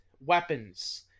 weapons